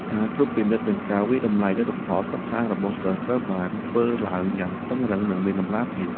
ការត្រួតពិនិត្យនិងការវាយតម្លៃលទ្ធផលសិក្សារបស់សិស្សត្រូវបានធ្វើឡើងយ៉ាងតឹងរ៉ឹងនិងមានតម្លាភាព។